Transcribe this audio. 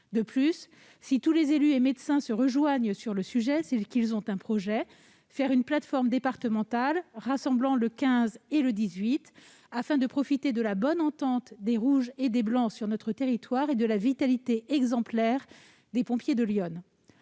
En outre, si tous les élus et médecins se rejoignent sur le sujet, c'est qu'ils ont un projet : créer une plateforme départementale rassemblant le 15 et le 18, afin de profiter de la bonne entente des « rouges » et des « blancs » sur notre territoire et de la vitalité exemplaire des pompiers de l'Yonne.